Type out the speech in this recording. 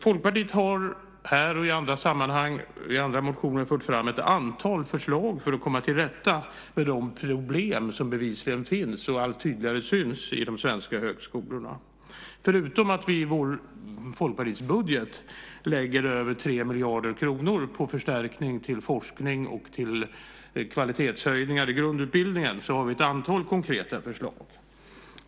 Folkpartiet har här och i andra sammanhang, bland annat i motioner, fört fram ett antal förslag för att komma till rätta med de problem som bevisligen finns och allt tydligare syns i de svenska högskolorna. Förutom att vi i Folkpartiets budget lägger över 3 miljarder kronor på förstärkning av forskning och på kvalitetshöjningar i grundutbildningen har vi ett antal konkreta förslag.